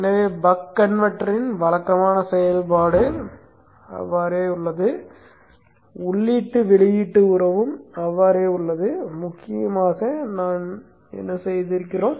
எனவே பக் கன்வெர்ட்டரின் வழக்கமான செயல்பாடு அப்படியே உள்ளது உள்ளீட்டு வெளியீட்டு உறவும் அப்படியே உள்ளது முக்கியமாக நாம் என்ன செய்தோம்